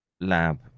lab